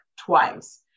twice